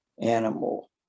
animal